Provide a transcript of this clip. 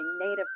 native